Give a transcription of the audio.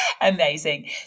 Amazing